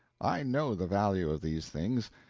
i know the value of these things,